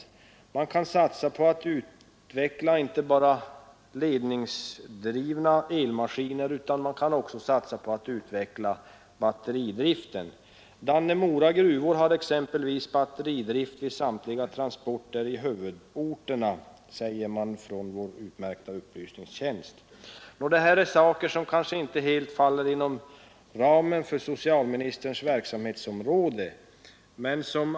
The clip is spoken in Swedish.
Man Torsdagen den kan satsa på att utveckla inte bara ledningsdrivna elmaskiner utan också 7 december 1972 batteridrift. Dannemora gruvor har exempelvis batteridrift vid samtliga — transporter i huvudorterna, säger man från vår utmärkta upplysnings Ang. hälsoriskerna tjänst. för gruvarbetare Detta är saker som kanske inte helt faller inom socialministerns verksamhetsområde.